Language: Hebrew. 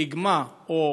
איגמה או